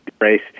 race